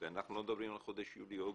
ואנחנו לא מדברים על חודש יולי אוגוסט,